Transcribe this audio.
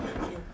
okay